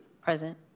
Present